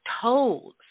toes